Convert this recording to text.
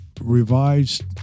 Revised